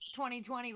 2020